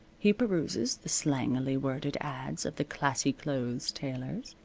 he peruses the slangily worded ads of the classy clothes tailors,